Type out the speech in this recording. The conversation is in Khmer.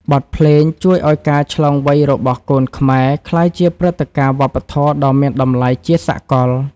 បទភ្លេងជួយឱ្យការឆ្លងវ័យរបស់កូនខ្មែរ ក្លាយជាព្រឹត្តិការណ៍វប្បធម៌ដ៏មានតម្លៃជាសកល។